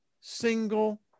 single